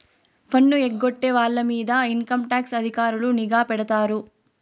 పన్ను ఎగ్గొట్టే వాళ్ళ మీద ఇన్కంటాక్స్ అధికారులు నిఘా పెడతారు